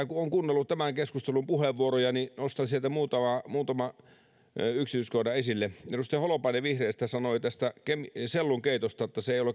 kun on kuunnellut tämän keskustelun puheenvuoroja niin nostan sieltä muutaman yksityiskohdan esille edustaja holopainen vihreistä sanoi tästä sellunkeitosta että se ei ole